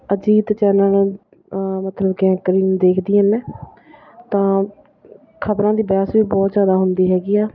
Ajit channel ਮਤਲਬ ਕਿ anchoring ਦੇਖਦੀ ਹਾਂ ਮੈਂ ਤਾਂ ਖਬਰਾਂ ਦੀ ਬਹਿਸ ਵੀ ਬਹੁਤ ਜ਼ਿਆਦਾ ਹੁੰਦੀ ਹੈਗੀ ਆ